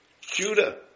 Judah